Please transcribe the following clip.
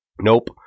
nope